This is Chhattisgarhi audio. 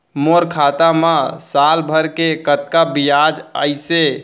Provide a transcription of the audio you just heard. मोर खाता मा साल भर के कतका बियाज अइसे?